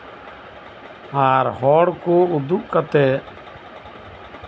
ᱟᱨ ᱦᱚᱲ ᱠᱚ ᱩᱫᱩᱜ ᱠᱟᱛᱮ